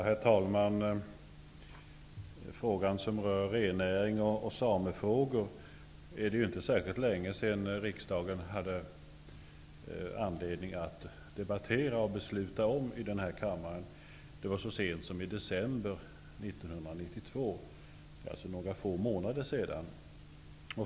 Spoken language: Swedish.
Herr talman! Det är inte särskilt länge sedan riksdagen hade anledning att debattera och fatta beslut om rennäring och samefrågor. Det skedde i denna kammare så sent som i december 1992. Det är alltså bara några få månader sedan.